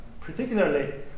particularly